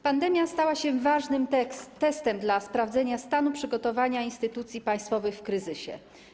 Pandemia stała się ważnym testem dla sprawdzenia stanu przygotowania instytucji państwowych w kryzysie.